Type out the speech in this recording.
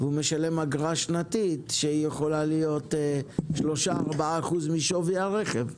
והוא משלם אגרה שנתית שיכולה להיות 3%-4% משווי הרכב,